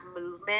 movement